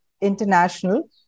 International